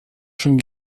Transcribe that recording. schon